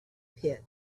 pit